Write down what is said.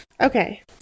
Okay